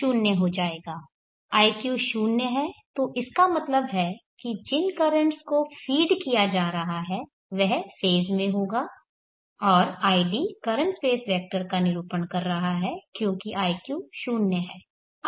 iq 0 है तो इसका मतलब है कि जिन कर्रेंटस को फीड किया जा रहा है वह फेज़ में होगा और id करंट स्पेस वेक्टर का निरूपण कर रहा है क्योंकि iq 0 है